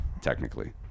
technically